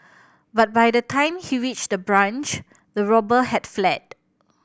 but by the time he reached the branch the robber had fled